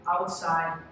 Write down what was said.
outside